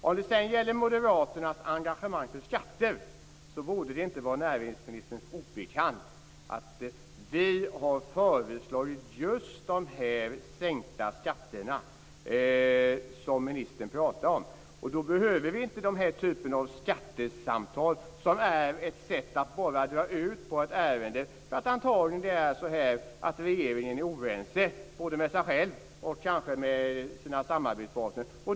Vad sedan gäller moderaternas engagemang för skatter kan jag säga att det inte borde vara näringsministern obekant att vi har föreslagit en sänkning av just de skatter som ministern pratar om. Då behöver vi inte denna typ av skattesamtal, som bara är ett sätt att dra ut på ett ärende. Man är antagligen oense både inom regeringen och med sina samarbetspartner.